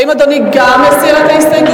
האם גם אדוני מסיר את ההסתייגות?